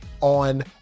on